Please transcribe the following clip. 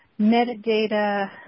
metadata –